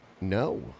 No